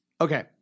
okay